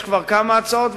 יש כבר כמה הצעות,